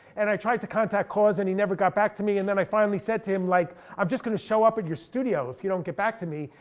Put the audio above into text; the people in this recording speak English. and i tried to contact kaws and he never got back to me. and then i finally said to him, like i'm just gonna show up in your studio if you don't get back to me.